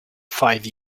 five